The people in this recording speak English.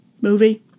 movie